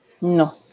No